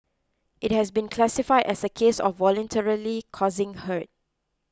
it has been classified as a case of voluntarily causing hurt